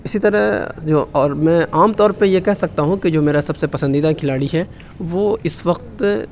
اِسی طرح جو اور میں عام طور پر یہ کہہ سکتا ہوں کہ جو میرا پسندیدہ کھلاڑی ہے وہ اِس وقت